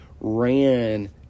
ran